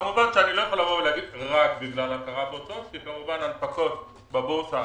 כמובן איני יכול לומר שרק בגלל הכרה בהוצאות כי הנפקות בבורסה